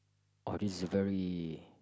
all these are very